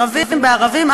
ערבים בערבים,